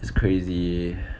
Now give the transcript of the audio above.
it's crazy